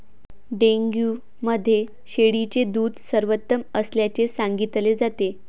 dengue मध्ये शेळीचे दूध सर्वोत्तम असल्याचे सांगितले जाते